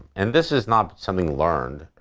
and this is not something learned,